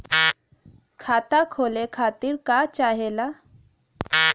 खाता खोले खातीर का चाहे ला?